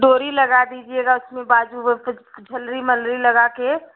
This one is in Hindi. डोरी लगा दीजिएगा उसमें बाजू वा कुछ झलरी मलरी लगा कर